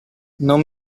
non